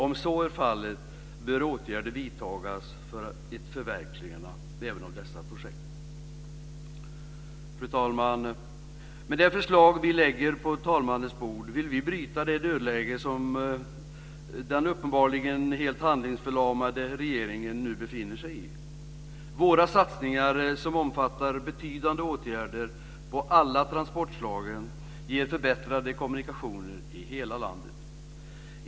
Om så är fallet, bör åtgärder vidtas för ett förverkligande även av dessa projekt. Fru talman! Med det förslag som vi lägger på talmannens bord vill vi bryta det dödläge som den uppenbarligen helt handlingsförlamade regeringen nu befinner sig i. Våra satsningar, som omfattar betydande åtgärder inom alla transportslag, ger förbättrade kommunikationer i hela landet.